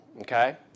okay